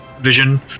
vision